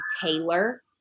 Taylor